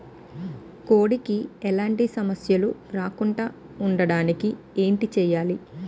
కోడి కి ఎలాంటి సమస్యలు రాకుండ ఉండడానికి ఏంటి చెయాలి?